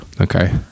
okay